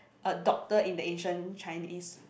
a doctor in the Asian Chinese